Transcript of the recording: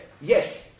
yes